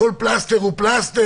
זה פלסתר